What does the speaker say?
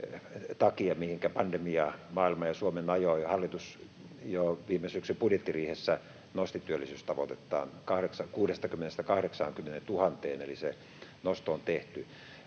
mihinkä pandemia maailman ja Suomen ajoi, hallitus jo viime syksyn budjettiriihessä nosti työllisyystavoitettaan 60 000:stä 80 000:een, eli se nosto on tehty.